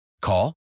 Call